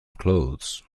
clothes